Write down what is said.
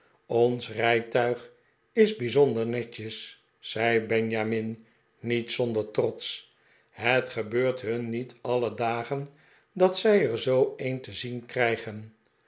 ons rijtuig is bijzonder netjes zei benjamin niet zonder trots het gebeurt hun niet alle dagen dat zij er zoo een te zien krijgen